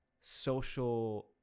social